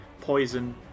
poison